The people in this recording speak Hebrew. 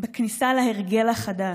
בכניסה להרגל החדש,